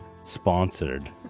Sponsored